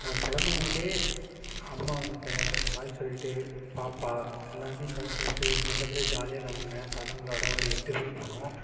நான் கிளம்பும் போதே அம்மா கிட்ட பாய் சொல்லிட்டு பாப்பா எல்லாருட்டையும் பாய் சொல்லிட்டு நல்ல படியாக ஜாலியாக கிளம்புனேன் பசங்களோட ஒரு எட்டு பேர் போனோம்